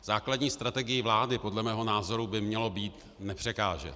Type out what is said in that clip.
Základní strategií vlády podle mého názoru by mělo být nepřekážet.